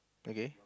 okay